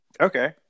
Okay